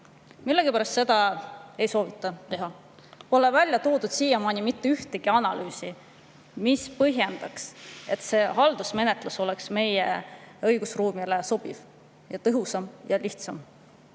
Millegipärast seda ei soovita teha. Siiamaani pole välja toodud mitte ühtegi analüüsi, mis põhjendaks, et haldusmenetlus oleks meie õigusruumile sobiv, tõhusam ja lihtsam.